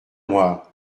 moi